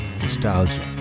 nostalgia